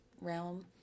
realm